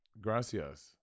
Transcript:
Gracias